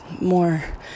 more